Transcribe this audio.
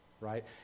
right